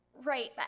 Right